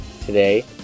today